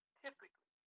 typically